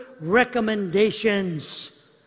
recommendations